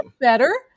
better